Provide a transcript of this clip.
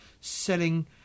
selling